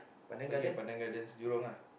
okay Pandan Gardens you wrong ah